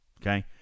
Okay